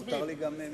מותר לי גם מכאן.